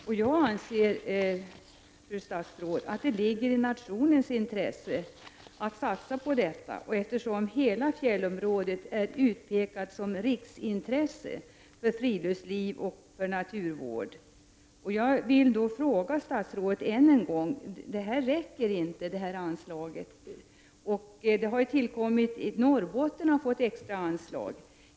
Fru statsråd, jag anser att det ligger i nationens intresse att man satsar på detta, eftersom hela fjällområdet är utpekat som riksintresse för friluftsliv och naturvård. Jag vill ännu en gång påpeka för statsrådet att det nuvarande anslaget inte räcker. Norrbotten har ju fått extra anslag.